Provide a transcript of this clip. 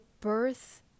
birth